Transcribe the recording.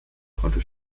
konnte